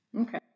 Okay